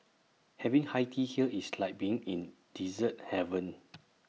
having high tea here is like being in dessert heaven